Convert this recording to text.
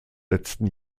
letzten